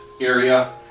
area